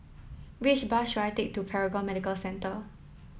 which bus should I take to Paragon Medical Centre